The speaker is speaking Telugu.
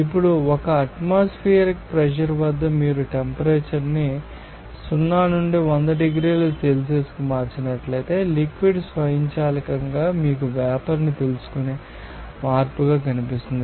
ఇప్పుడు 1 అట్మాస్ఫీర్ ప్రెషర్ వద్ద మీరు టెంపరేచర్ను 0 నుండి 100 డిగ్రీల సెల్సియస్కు మార్చినట్లయితే లిక్విడ్ స్వయంచాలకంగా మీకు వేపర్ని తెలుసుకునే మార్పుగా కనిపిస్తుంది